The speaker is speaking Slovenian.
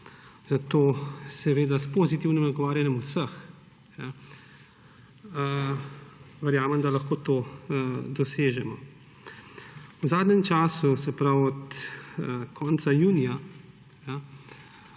Zato s pozitivnim nagovarjanjem vseh verjamem, da lahko to dosežemo. V zadnjem času, se pravi od konca junija,